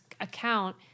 account